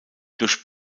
durch